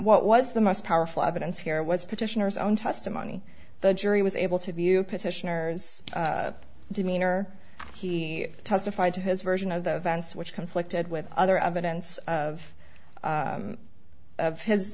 what was the most powerful evidence here was petitioners own testimony the jury was able to view petitioners demeanor he testified to his version of the events which conflicted with other evidence of